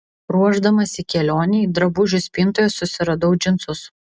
ruošdamasi kelionei drabužių spintoje susiradau džinsus